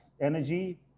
energy